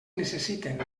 necessiten